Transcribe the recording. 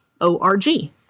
o-r-g